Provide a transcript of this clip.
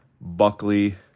Buckley